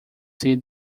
see